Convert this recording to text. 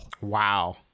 Wow